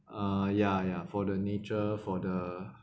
uh ya ya for the nature for the